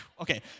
Okay